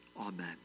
Amen